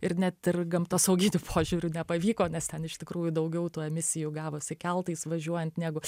ir net ir gamtosauginiu požiūriu nepavyko nes ten iš tikrųjų daugiau tų emisijų gavosi keltais važiuojant negu